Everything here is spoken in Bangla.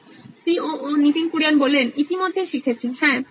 নীতিন কুরিয়ান সি ও ও নোইন ইলেকট্রনিক্স ইতিমধ্যে শিখেছি হ্যাঁ